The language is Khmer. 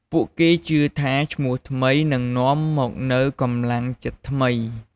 ពួកគេជឿថាឈ្មោះថ្មីនឹងនាំមកនូវកម្លាំងចិត្តថ្មី។